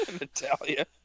Natalia